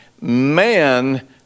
Man